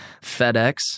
FedEx